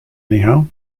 anyhow